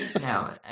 No